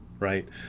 Right